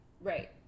right